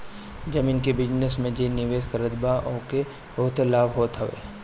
जमीन के बिजनस में जे निवेश करत बा ओके बहुते लाभ होत हवे